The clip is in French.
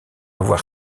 avoir